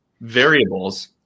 variables